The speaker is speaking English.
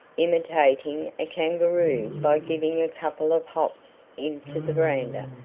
imitating a kangaroo by giving a couple of hops into the verandah,